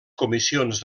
comissions